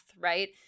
right